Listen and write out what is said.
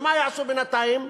ומה יעשו בינתיים?